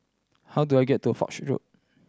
how do I get to Foch Road